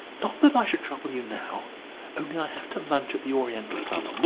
not that i should trouble you now, only i have to lunch at the oriental club,